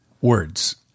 words